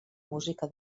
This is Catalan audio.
música